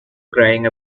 crying